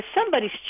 somebody's